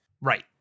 Right